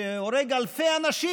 שהורג אלפי אנשים,